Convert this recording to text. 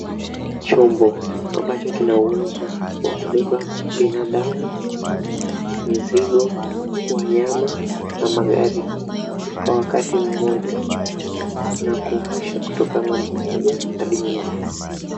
Chombo, ambacho kina uwezo cha kubeba binadamu, mizigo, wanyama na magari kwa wakati mmoja, na kuvusha kutoka ng'ambo moja hadi nyingine.